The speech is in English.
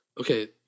Okay